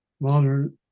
modern